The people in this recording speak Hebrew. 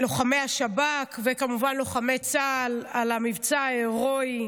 לוחמי השב"כ וכמובן לוחמי צה"ל על המבצע ההירואי,